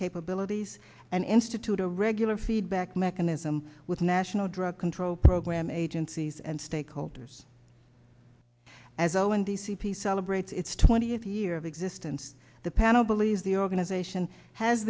capabilities and institute a regular feedback mechanism with national drug control program agencies and stakeholders as owen d c p celebrates its twentieth year of existence the panel believes the organization has